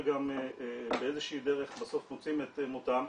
גם באיזו שהיא דרך בסוף מוצאים את מותם,